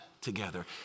together